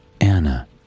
Anna